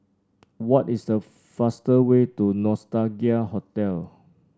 what is the fastest way to Nostalgia Hotel